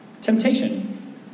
Temptation